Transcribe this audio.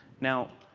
now,